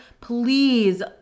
please